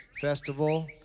festival